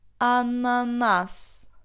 Ananas